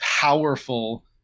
powerful